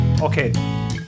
okay